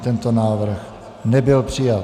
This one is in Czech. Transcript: Tento návrh nebyl přijat.